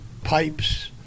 pipes